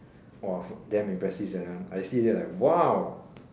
!wah! damn impressive sia that one I see already I like !wow!